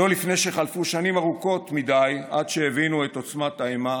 לא לפני שחלפו שנים ארוכות מדי עד שהבינו את עוצמת האימה